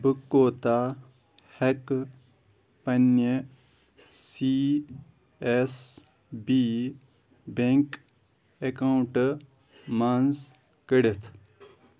بہٕ کوتاہ ہٮ۪کہٕ پنٛنہِ سی اٮ۪س بی بٮ۪نٛک اٮ۪کاوُنٛٹہٕ منٛز کٔڑِتھ